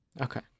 Okay